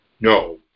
no